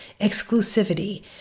exclusivity